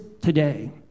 today